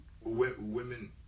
women